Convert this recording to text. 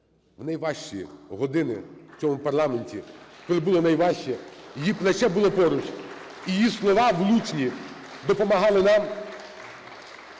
У найважчі години у цьому парламенті, коли було найважче, її плече було поруч, її слова влучні допомагали нам